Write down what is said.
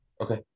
Okay